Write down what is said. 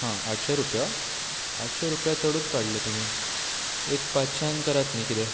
हां आठशें रुपया आठशें रुपया चडूच काडले तुमी एक पांचशांक करात न्ही कितें